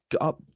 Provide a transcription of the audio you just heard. up